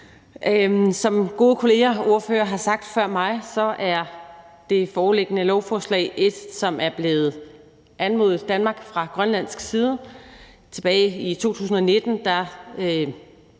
Som gode ordførerkollegaer har sagt før mig, er det foreliggende lovforslag et, som er blevet anmodet Danmark fra grønlandsk side. Tilbage i 2019 udtrykte